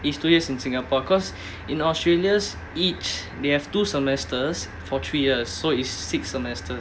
it's two years in singapore because in australia's each they have two semesters for three years so it's six semesters